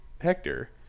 Hector